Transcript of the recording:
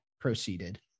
proceeded